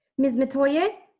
miss metoyer.